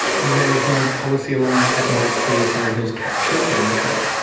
there is no policy along that that might see surry hills captured down the track?